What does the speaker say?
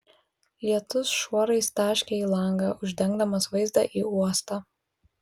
lietus šuorais taškė į langą uždengdamas vaizdą į uostą